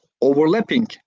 overlapping